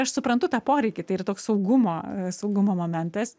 aš suprantu tą poreikį tai yra toks saugumo saugumo momentas